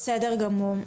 בסדר גמור,